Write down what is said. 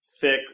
thick